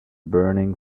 burning